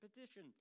Petition